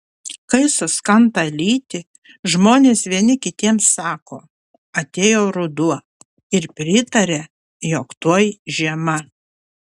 kai suskanta lyti žmonės vieni kitiems sako atėjo ruduo ir pritaria jog tuoj žiema